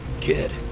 Kid